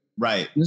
Right